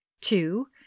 Two